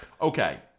Okay